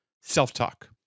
self-talk